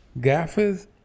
gaffers